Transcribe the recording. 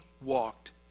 walked